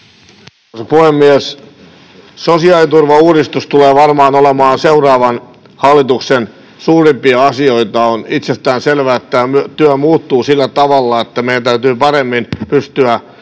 puhemies! Sosiaaliturvan uudistus tulee varmaan olemaan seuraavan hallituksen suurimpia asioita. On itsestäänselvää, että työ muuttuu sillä tavalla, että meidän täytyy paremmin pystyä